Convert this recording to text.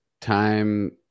time